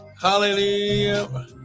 Hallelujah